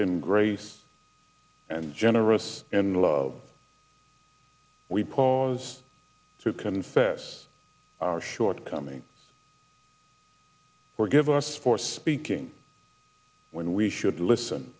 in grace and generous and love we pause to confess our shortcomings forgive us for speaking when we should listen